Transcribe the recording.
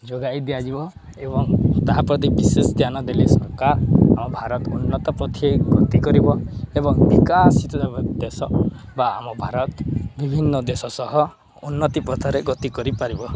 ଯୋଗାଇ ଦିଆଯିବ ଏବଂ ତା ପ୍ରତି ବିଶେଷ ଧ୍ୟାନ ଦେଲେ ସରକାର ଆମ ଭାରତ ଉନ୍ନତ ପଥି ଗତି କରିବ ଏବଂ ବିକାଶିତ ଦେଶ ବା ଆମ ଭାରତ ବିଭିନ୍ନ ଦେଶ ସହ ଉନ୍ନତି ପଥରେ ଗତି କରିପାରିବ